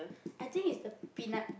I think is the peanut